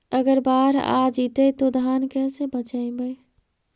अगर बाढ़ आ जितै तो धान के कैसे बचइबै?